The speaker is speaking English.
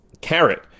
carrot